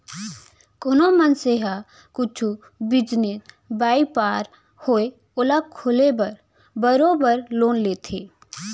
कोनो मनसे ह कुछु बिजनेस, बयपार होवय ओला खोले बर बरोबर लोन लेथे